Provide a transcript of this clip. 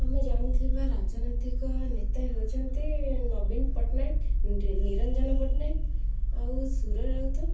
ଆମେ ଜାଣିଥିବା ରାଜନୈତିକ ନେତା ହେଉଛନ୍ତି ନବୀନ ପଟ୍ଟନାୟକ ନିରଞ୍ଜନ ପଟ୍ଟନାୟକ ଆଉ ସୁର ରାଉତ